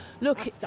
Look